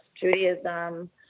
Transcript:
Judaism